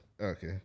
okay